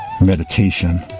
meditation